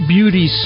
Beauty